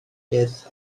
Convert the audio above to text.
beth